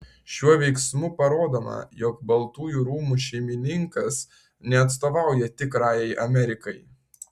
šiuo veiksmu parodoma jog baltųjų rūmų šeimininkas neatstovauja tikrajai amerikai